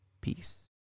Peace